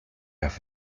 las